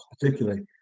particularly